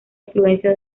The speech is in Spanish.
influencia